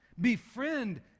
befriend